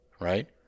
right